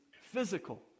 physical